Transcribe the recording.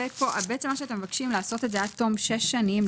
אתם מבקשים לעשות את זה עד תום שש שנים.